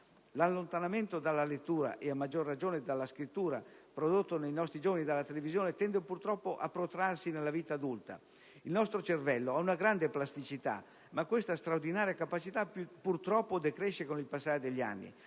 L'allontanamento dalla lettura (e a maggior ragione dalla scrittura) prodotto sui nostri giovani dalla televisione tende purtroppo a protrarsi nella vita adulta. Il nostro cervello ha una grande plasticità, ma questa straordinaria capacità purtroppo decresce con il passare degli anni.